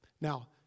Now